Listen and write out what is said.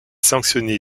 sanctionné